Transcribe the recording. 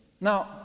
Now